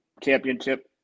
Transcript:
championship